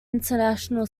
international